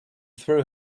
threw